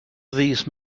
these